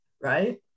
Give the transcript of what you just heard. right